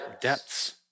depths